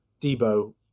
Debo